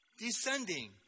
descending